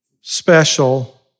special